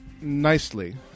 nicely